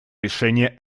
решения